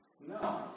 No